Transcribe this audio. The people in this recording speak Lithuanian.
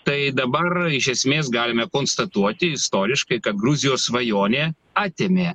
tai dabar iš esmės galime konstatuoti istoriškai kad gruzijos svajonė atėmė